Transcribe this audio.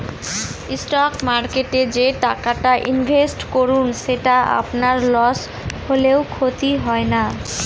stock মার্কেটে যে টাকাটা ইনভেস্ট করুন সেটা আপনার লস হলেও ক্ষতি হয় না